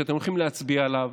שאתם הולכים להצביע עליו,